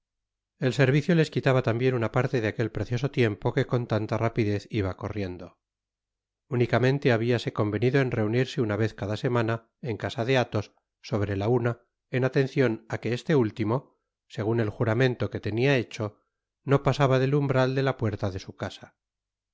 el servicio les quitaba tambien una parte de aquel precioso tiempo que con tania rapidez iba corriendo unicamente habiase convenido en reunirse una vez cada semana en casa de athos sobre la una en atencion á que este último segun el juramento que tenia hecho no pasaba del umbral de la puerta de su casa